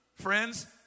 Friends